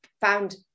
found